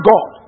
God